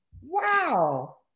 Wow